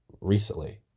recently